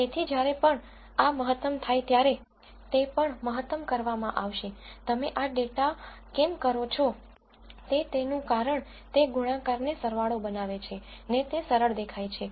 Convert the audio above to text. તેથી જ્યારે પણ આ મહત્તમ થાય ત્યારે તે પણ મહત્તમ કરવામાં આવશે તમે આ ડેટા કેમ કરો છો તે તેનું કારણ તે ગુણાકારને સરવાળો બનાવે છે ને તે સરળ દેખાય છે